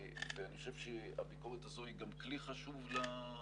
ואני חושב שהביקורת הזו היא גם כלי חשוב לשרים